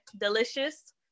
delicious